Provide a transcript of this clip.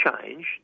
Change